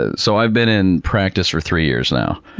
ah so, i've been in practice for three years now.